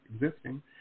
existing